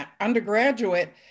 undergraduate